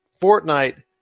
Fortnite